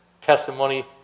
testimony